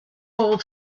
fall